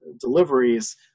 deliveries